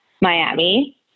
Miami